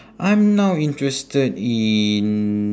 I'm now interested in